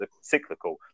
cyclical